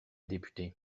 député